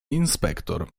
inspektor